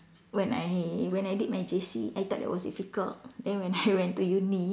when I when I did my J_C I thought it was difficult then when I went to uni